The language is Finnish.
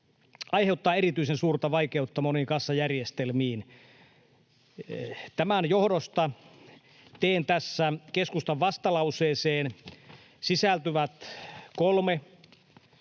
aiheuttaa erityisen suurta vaikeutta moniin kassajärjestelmiin. Tämän johdosta teen tässä keskustan vastalauseeseen sisältyvät kolme